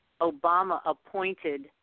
Obama-appointed